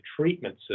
treatment